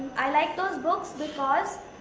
i like those books because